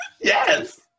Yes